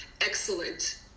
excellent